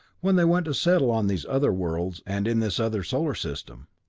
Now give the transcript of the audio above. when they went to settle on these other worlds and in this other solar system.